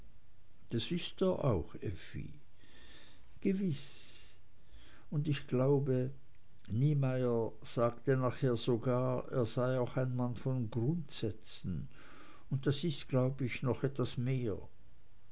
das ist er auch effi gewiß und ich glaube niemeyer sagte nachher sogar er sei auch ein mann von grundsätzen und das ist glaub ich noch etwas mehr